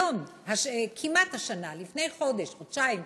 היום, כמעט השנה, לפני חודש, חודשיים,